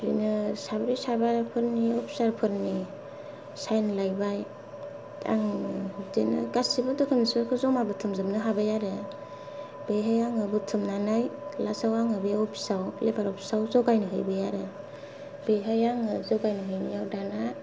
बिदिनो साब्रै साबाफोरनि अफिसार फोरनि साइन लायबाय दा आङो बिदिनो गासिबो डकुमेनट्स फोरखौ जमा बुथुमजुबनो हाबाय आरो बेहाय आङो बुथुमनानै लास्टाव आङो अफिसाव लेबार अफिसाव जगायना हैबाय आरो बेहाय आङो जगायना हैनायाव दाना